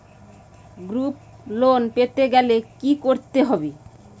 Group loan পেতে গেলে কি করতে হবে?